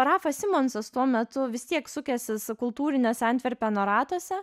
rafas simonsas tuo metu vis tiek sukęsis kultūriniuose antverpeno ratuose